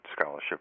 scholarship